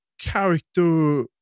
character